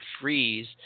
freeze